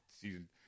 season